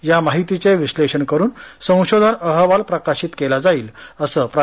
या माहितीचे विश्लेषण करून संशोधन अहवाल प्रकाशित करण्यात येईल असे प्रा